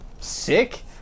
sick